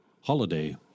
holiday